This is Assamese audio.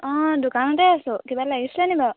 অঁ দোকানতে আছোঁ কিবা লাগিছিলে নেকি বাৰু